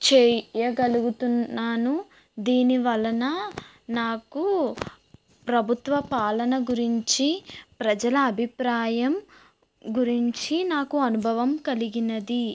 చెయ్యగలుగుతున్నాను దీనివలన నాకు ప్రభుత్వ పాలన గురించి ప్రజల అభిప్రాయం గురించి నాకు అనుభవం కలిగినది